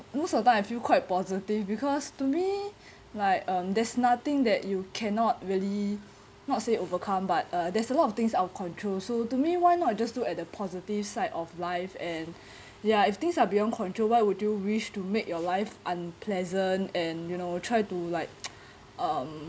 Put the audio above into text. most of the time I feel quite positive because to me like um there's nothing that you cannot really not say overcome but uh there's a lot of things out of control so to me why not you just look at the positive side of life and ya if things are beyond control why would you wish to make your life unpleasant and you know try to like um